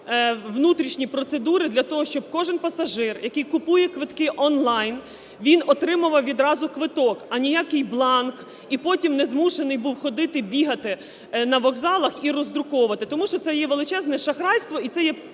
внутрішні процедури для того, щоб кожен пасажир, який купує квиткионлайн, він отримував відразу квиток, а ніякий бланк, і потім не змушений був ходити, бігати на вокзалах і роздруковувати, тому що це є величезне шахрайство і це є